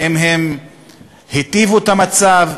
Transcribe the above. האם הם היטיבו את המצב,